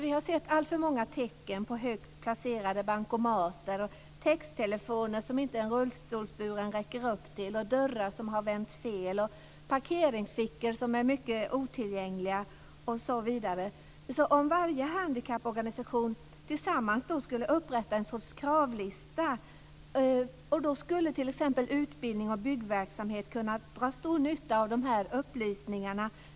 Vi har sett alltför många tecken på högt placerade bankomater, texttelefoner som inte rullstolsburna räcker upp till, dörrar som har vänts fel, parkeringsfickor som är mycket otillgängliga, osv. Om handikapporganisationerna tillsammans skulle upprätta en sorts kravlista, då skulle t.ex. utbildning och byggverksamhet kunna dra stor nytta av dessa upplysningar.